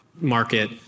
market